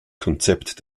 konzept